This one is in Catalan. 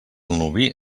nuvi